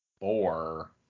four